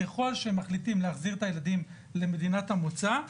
ככל שמחליטים להחזיר את הילדים למדינת המוצא,